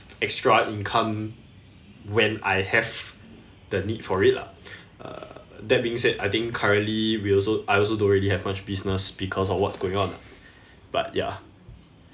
extra income when I have the need for it lah uh that being said I think currently we also I also don't really have much business because of what's going on lah but ya